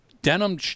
Denim